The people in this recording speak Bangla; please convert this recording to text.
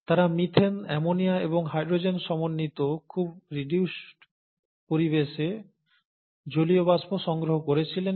তারা মিথেন অ্যামোনিয়া এবং হাইড্রোজেন সমন্বিত খুব রিডিউসড পরিবেশে জলীয় বাষ্প সংগ্রহ করেছিলেন